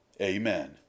Amen